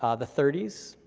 ah the thirty s,